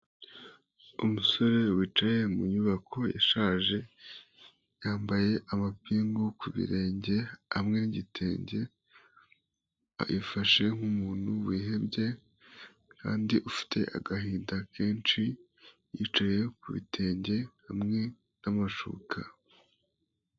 Umusore wicaye mu nyubako ishaje yambaye amapingu ku birenge amwe ngitenge yifashe nk'umuntu wihebye kandi ufite agahinda kenshi yicaye ku bitenge hamwe n'amashuka.